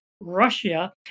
Russia